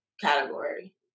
category